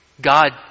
God